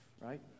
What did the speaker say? Right